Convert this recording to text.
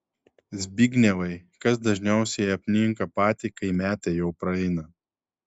zbignevai kas dažniausiai apninka patį kai metai jau praeina